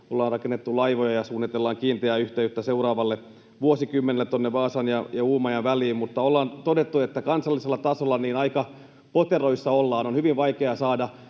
ollaan rakennettu laivoja ja suunnitellaan kiinteää yhteyttä seuraavalle vuosikymmenelle tuonne Vaasan ja Uumajan väliin. Mutta ollaan todettu, että kansallisella tasolla aika poteroissa ollaan. On hyvin vaikea saada